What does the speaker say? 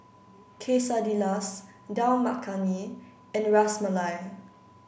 Quesadillas Dal Makhani and Ras Malai